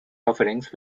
offerings